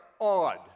odd